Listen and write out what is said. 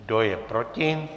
Kdo je proti?